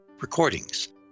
recordings